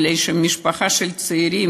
כי משפחה של צעירים,